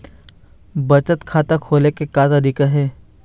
बचत खाता खोले के का तरीका हे?